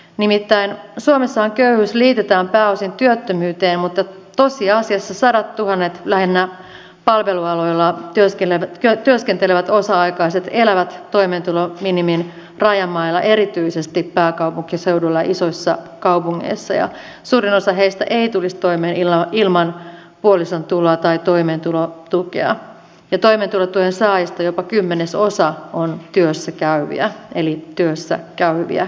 nimittäin suomessahan köyhyys liitetään pääosin työttömyyteen mutta tosiasiassa sadattuhannet lähinnä palvelualoilla työskentelevät osa aikaiset elävät toimeentulominimin rajamailla erityisesti pääkaupunkiseudulla ja isoissa kaupungeissa ja suurin osa heistä ei tulisi toimeen ilman puolison tuloja tai toimeentulotukea ja toimeentulotuen saajista jopa kymmenesosa on työssäkäyviä eli työssäkäyviä köyhiä